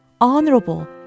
honorable